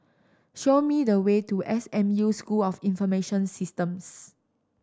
show me the way to S M U School of Information Systems